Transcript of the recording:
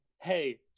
Hey